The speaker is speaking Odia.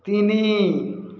ତିନି